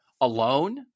alone